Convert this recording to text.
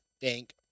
Thank